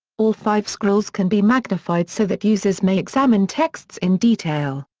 all five scrolls can be magnified so that users may examine texts in detail.